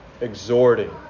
exhorting